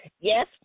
yes